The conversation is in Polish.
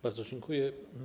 Bardzo dziękuję.